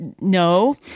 no